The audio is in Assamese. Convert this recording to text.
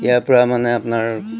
ইয়াৰপৰা মানে আপোনাৰ